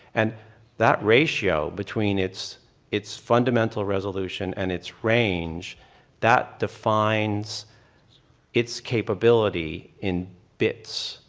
and that ratio, between its its fundamental resolution and its range that defines its capability in bits.